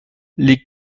les